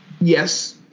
Yes